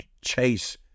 chase